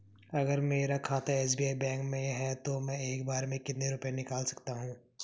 अगर मेरा खाता एस.बी.आई बैंक में है तो मैं एक बार में कितने रुपए निकाल सकता हूँ?